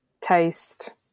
taste